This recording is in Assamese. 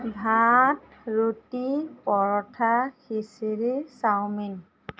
ভাত ৰুটী পৰঠা খিচিৰি চাওমিন